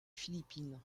philippines